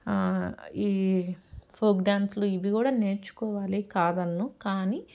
ఈ ఫోక్ డ్యాన్స్లు ఇవి కూడా నేర్చుకోవాలి కాదన్ను కానీ